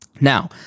now